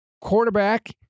Quarterback